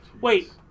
Wait